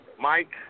Mike